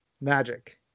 magic